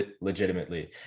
legitimately